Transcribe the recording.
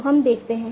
तो हम देखते हैं